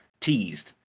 teased